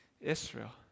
Israel